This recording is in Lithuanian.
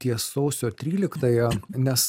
ties sausio tryliktąja nes